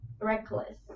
Reckless